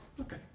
okay